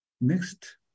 Next